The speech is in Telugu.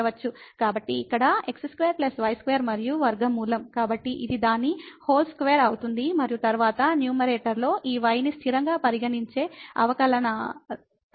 కాబట్టి ఇక్కడ x2 y2 మరియు వర్గమూలం కాబట్టి ఇది దాని హోల్ స్క్వేర్ అవుతుంది మరియు తరువాత న్యూమరేటర్లో ఈ y ని స్థిరంగా పరిగణించే అవకలనాన్ని తీసుకున్నప్పుడు